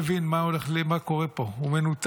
אני חושב שהוא לא מבין מה קורה פה, הוא מנותק.